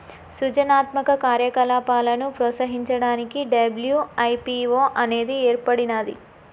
సృజనాత్మక కార్యకలాపాలను ప్రోత్సహించడానికి డబ్ల్యూ.ఐ.పీ.వో అనేది ఏర్పడినాది